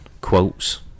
quotes